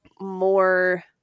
more